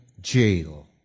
jail